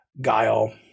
guile